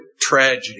tragedy